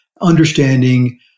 understanding